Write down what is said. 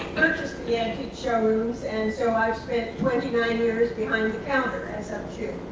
purchased the antique showrooms. and, so, i've spent twenty nine years behind the counter as of june